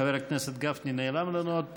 חבר הכנסת גפני נעלם לנו עוד פעם,